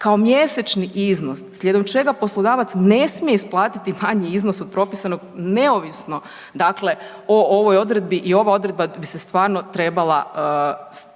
kao mjesečni iznos, slijedom čega poslodavac ne smije isplatiti manji iznos od propisanog neovisno dakle o ovoj odredbi i ova odredba bi se stvarno trebala ukinuti